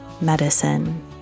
medicine